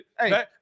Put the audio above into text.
hey